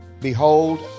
Behold